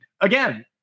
again